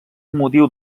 motiu